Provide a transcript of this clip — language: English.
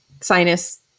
sinus